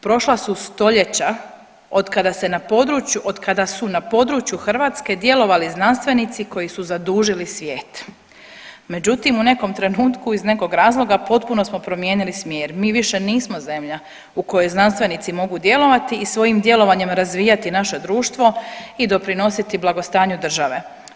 Prošla su stoljeća od kada su na području Hrvatske djelovali znanstvenici koji su zadužili svijet, međutim u nekom trenutku iz nekog razloga potpuno smo promijenili smjer, mi više nismo zemlja u kojoj znanstvenici mogu djelovati i svojim djelovanjem razvijati naše društvo i doprinositi blagostanju države.